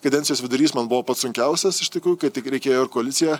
kadencijos vidurys man buvo pats sunkiausias iš tikrųjų kai tik reikėjo ir koaliciją